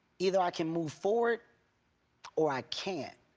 either i can move forward or i can't.